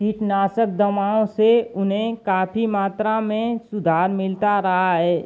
कीटनाशक दवाओं से उन्हें काफ़ी मात्रा में सुधार मिलता रहा है